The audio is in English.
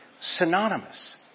synonymous